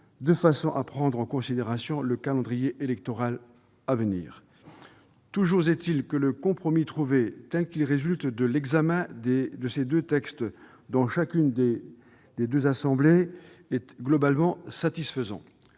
de façon à prendre en considération le calendrier électoral à venir. Toujours est-il que le compromis trouvé, tel qu'il résulte des travaux des deux assemblées, est globalement satisfaisant,